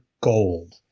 gold